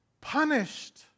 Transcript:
punished